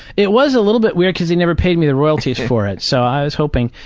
it was a little bit weird because he never paid me the royalties for it. so, i was hoping.